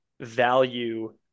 value